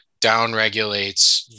downregulates